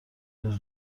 روز